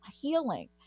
healing